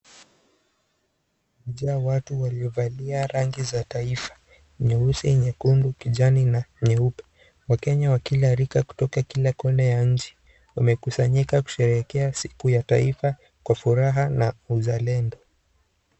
Imejaa watu waliovalia rangi za taifa, nyeusi, nyekundu, kijani na nyeupe. Wakenya wa kila rika kutoka kila kona ya nchi wamekusanyika kusherehekea siku ya taifa kwa furaha na uzalendo.